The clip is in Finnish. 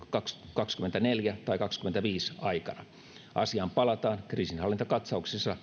kaksikymmentäneljä tai kaksikymmentäviisi aikana asiaan palataan kriisinhallintakatsauksessa